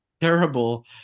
Terrible